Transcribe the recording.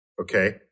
okay